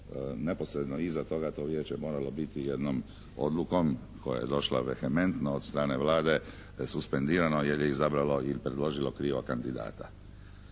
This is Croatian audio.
neposredno iza toga to Vijeće moralo biti jednom odlukom koja je došla vehementno od strane Vlade suspendirano jer je izabralo ili predložilo krivo kandidata.